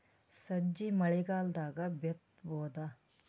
ಸಜ್ಜಿ ಮಳಿಗಾಲ್ ದಾಗ್ ಬಿತಬೋದ?